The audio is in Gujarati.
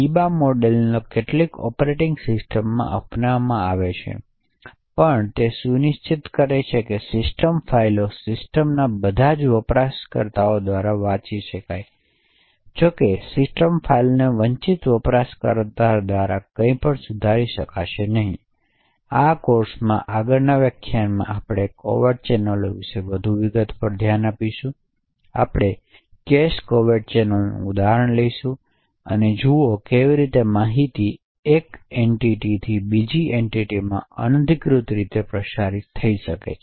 બીબા મોડેલને કેટલીક ઓપરેટિંગ સિસ્ટમોમાં અપનાવવામાં આવે છે પણે તે સુનિશ્ચિત કરે છે કે સિસ્ટમ ફાઇલો સિસ્ટમના બધા વપરાશકર્તાઓ દ્વારા વાંચી શકાય છે જો કે સિસ્ટમ ફાઇલોને વંચિત વપરાશકર્તાઓ દ્વારા કોઈપણ સુધારી શકશે નહીં આ કોર્સમાં આગળનું વ્યાખ્યાન આપણે કોવેર્ટ ચેનલો વિશે વધુ વિગતો પર ધ્યાન આપીશું આપણે કેશ કોવેર્ટ ચેનલનું ઉદાહરણ લઈશું અને જુઓ કે કેવી રીતે માહિતી એક એન્ટિટીથી બીજી એન્ટિટીમાં અનધિકૃત રીતે પ્રસારિત થઈ શકે છે